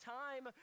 time